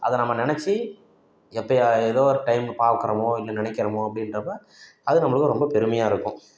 அதை நம்ம நினைச்சி எப்பையா ஏதோ டைம் பாக்கிறோமோ இல்லை நினைக்கிறோமோ அப்படின்றப்ப அது நம்மளுக்கு ரொம்ப பெருமையாக இருக்கும்